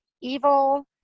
evil